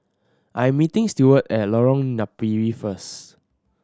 I'm meeting Stewart at Lorong Napiri first